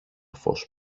φως